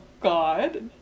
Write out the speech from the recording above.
God